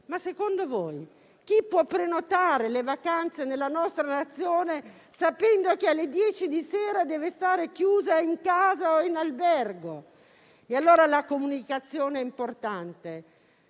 secondo voi chi potrebbe mai prenotare le vacanze nella nostra Nazione, sapendo che alle 10 di sera deve stare chiuso in casa o in albergo? La comunicazione è importante!